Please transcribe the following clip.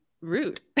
rude